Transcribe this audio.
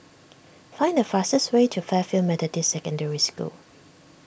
find the fastest way to Fairfield Methodist Secondary School